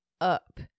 up